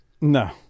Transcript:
No